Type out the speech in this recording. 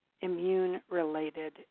immune-related